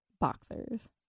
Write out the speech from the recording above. Boxers